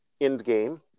Endgame